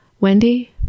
Wendy